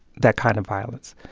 that kind of violence.